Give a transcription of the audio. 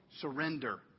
surrender